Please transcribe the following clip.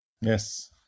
Yes